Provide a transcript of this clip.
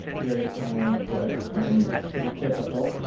very similar on the put right and that's pretty typical.